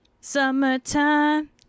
Summertime